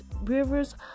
rivers